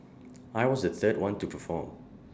I was the third one to perform